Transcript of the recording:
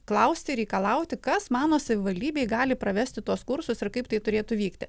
klausti reikalauti kas mano savivaldybėj gali pravesti tuos kursus ir kaip tai turėtų vykti